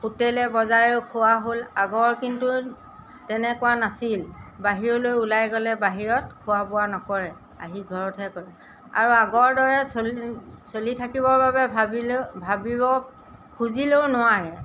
হোটেলে বজাৰেও খোৱা হ'ল আগৰ কিন্তু তেনেকুৱা নাছিল বাহিৰলৈ ওলাই গ'লে বাহিৰত খোৱা বোৱা নকৰে আহি ঘৰতহে কৰে আৰু আগৰ দৰে চলি চলি থাকিবৰ বাবে ভাবিলেও ভাবিব খুজিলেও নোৱাৰে